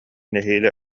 нэһиилэ